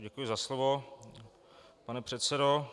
Děkuji za slovo, pane předsedo.